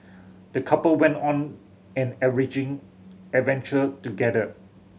the couple went on an enriching adventure together